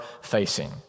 facing